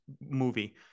movie